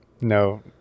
No